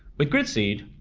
with gritseed,